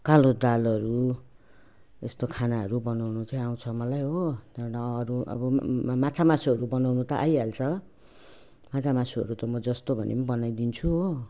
कालो दालहरू यस्तो खानाहरू बनाउनु चाहिँ आउँछ मलाई हो त्यहाँबाट अरू अब मा माछा मासुहरू बनाउनु त आइहाल्छ माछा मासुहरू त म जस्तो भने पनि बनाइदिन्छु हो